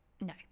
No